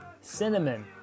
cinnamon